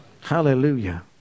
hallelujah